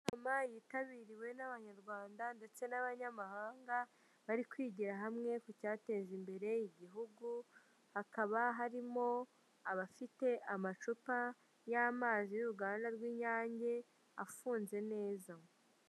Inama yitabiriwe n'abanyarwanda ndetse n'abanyamahanga bari kwigira hamwe ku cyateza imbere igihugu, hakaba harimo abafite amacupa y'amazi y'uruganda rw'inyange afunze neza.